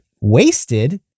wasted